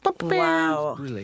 Wow